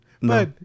no